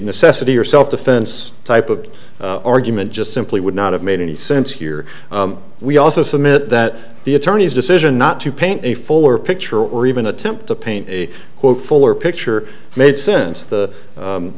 necessity or self defense type of argument just simply would not have made any sense here we also submit that the attorneys decision not to paint a fuller picture or even attempt to paint a quote fuller picture made since the